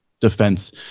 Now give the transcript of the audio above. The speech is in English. defense